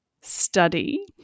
study